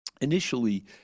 Initially